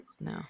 No